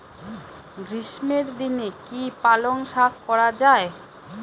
গ্রীষ্মের দিনে কি পালন শাখ করা য়ায়?